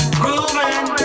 grooving